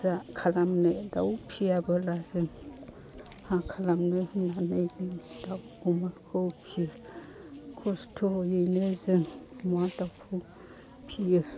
जा खालामनो दाउ फिसियाब्ला जों मा खालामनो होननानै जों दाउ अमाखौ फिसियो खस्त'यैनो जों अमा दाउखौ फिसियो